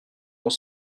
dans